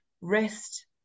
rest